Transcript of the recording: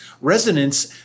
Resonance